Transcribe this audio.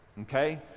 Okay